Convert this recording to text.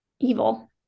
Evil